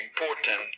important